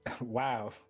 Wow